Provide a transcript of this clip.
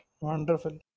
Wonderful